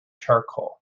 charcoal